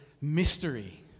mystery